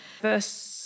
verse